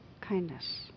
kindness